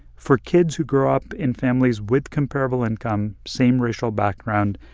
for kids who grow up in families with comparable income, same racial background,